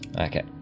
Okay